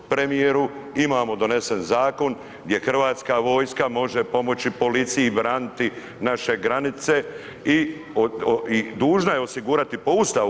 Premijeru imamo donesen zakon gdje Hrvatska vojska može pomoći policiji i braniti naše granice i dužna je osigurati po Ustavu.